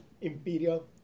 imperial